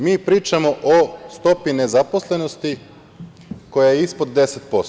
Mi pričamo o stopi nezaposlenosti koja je ispod 10%